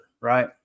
right